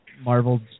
marvel's